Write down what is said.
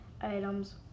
items